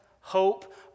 hope